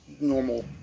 normal